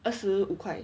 二十五块